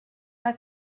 not